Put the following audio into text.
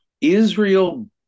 israel